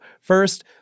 First